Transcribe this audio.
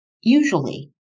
Usually